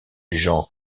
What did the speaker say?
jean